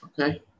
Okay